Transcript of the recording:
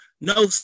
No